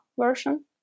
version